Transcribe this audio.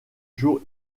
jour